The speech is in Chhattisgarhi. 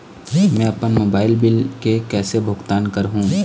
मैं अपन मोबाइल बिल के कैसे भुगतान कर हूं?